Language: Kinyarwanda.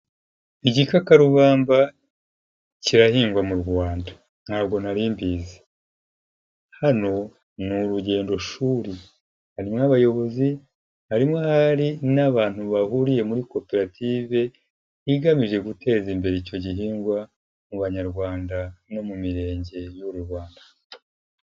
Igikakarubamba kirahingwa mu Rwanda, ntabwo nari mbizi, hano ni urugendoshuri harimo abayobozi, harimo ahari n'abantu bahuriye muri koperative igamije guteza imbere icyo gihingwa mu Banyarwanda no mu mirenge y'uru Rwanda.